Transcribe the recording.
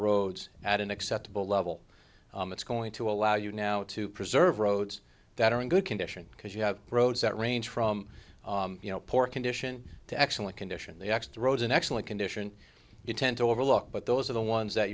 roads at an acceptable level it's going to allow you now to preserve roads that are in good condition because you have roads that range from poor condition to excellent condition the x throws an excellent condition you tend to overlook but those are the ones that